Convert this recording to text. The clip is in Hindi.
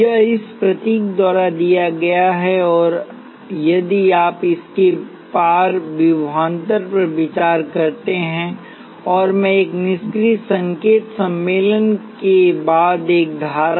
यह इस प्रतीक द्वारा दिया गया है और यदि आप इसके पार विभवांतर पर विचार करते हैं और मैं एक निष्क्रिय संकेत सम्मेलन के बाद एक धारा